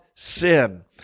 Sin